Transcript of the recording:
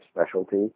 specialty